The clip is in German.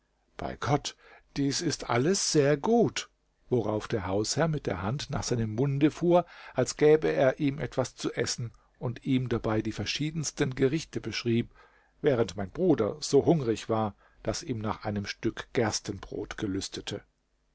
bei gott dies alles ist sehr gut worauf der hausherr mit der hand nach seinem munde fuhr als gäbe er ihm etwas zu essen und ihm dabei die verschiedensten gerichte beschrieb während mein bruder so hungrig war daß ihm nach einem stück gerstenbrot gelüstete